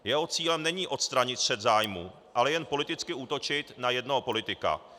Jeho cílem není odstranit střet zájmů, ale jen politicky útočit na jednoho politika.